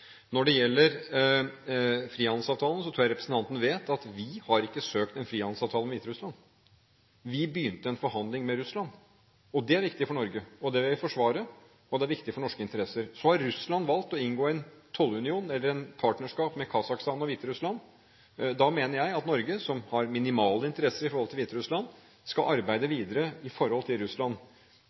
Når det gjelder frihandelsavtalen, tror jeg representanten vet at vi ikke har søkt en frihandelsavtale med Hviterussland. Vi begynte en forhandling med Russland, og det er viktig for Norge – det vil jeg forsvare, og det er viktig for norske interesser. Så har Russland valgt å inngå en tollunion, eller et partnerskap, med Kasakhstan og Hviterussland. Da mener jeg at Norge, som har minimale interesser i forhold til Hviterussland, skal arbeide videre